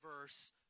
verse